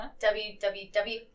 WWW